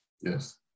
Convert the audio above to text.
Yes